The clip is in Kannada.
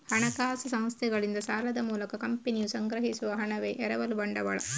ಹಣಕಾಸು ಸಂಸ್ಥೆಗಳಿಂದ ಸಾಲದ ಮೂಲಕ ಕಂಪನಿಯು ಸಂಗ್ರಹಿಸುವ ಹಣವೇ ಎರವಲು ಬಂಡವಾಳ